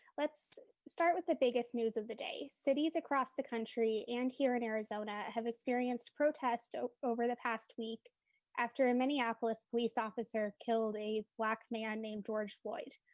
let's start with the biggest news of the day. cities across the country and here in arizona have experienced protest over over the past week after a minneapolis police officer killed a black man named george floyd.